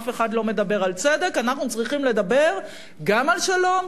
אף אחד לא מדבר על צדק" אנחנו צריכים לדבר גם על שלום,